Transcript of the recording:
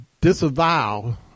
disavow